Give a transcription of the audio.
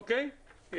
אוקיי?